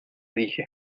dije